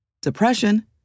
depression